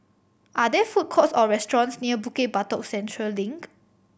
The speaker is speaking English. are there food courts or restaurants near Bukit Batok Central Link